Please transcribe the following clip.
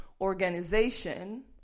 organization